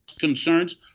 concerns